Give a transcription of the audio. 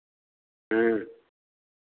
ह्म्म